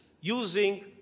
using